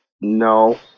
no